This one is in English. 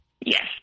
yes